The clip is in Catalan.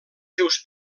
seus